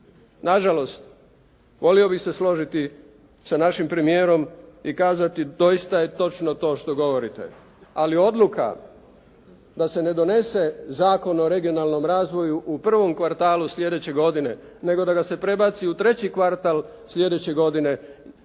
Nažalost, volio bih se složiti sa našim premijerom i kazati doista je točno to što govorite, ali odluka da se ne donese Zakon o regionalnom razvoju u prvom kvartalu sljedeće godine, nego da ga se prebaci u treći kvartal sljedeće godine,